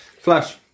Flash